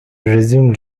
resume